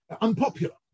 unpopular